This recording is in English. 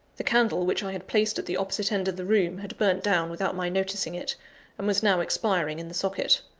the candle, which i had placed at the opposite end of the room, had burnt down without my noticing it, and was now expiring in the socket.